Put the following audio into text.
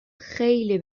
خیلی